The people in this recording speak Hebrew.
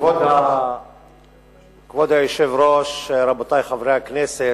כבוד היושב-ראש, רבותי חברי הכנסת,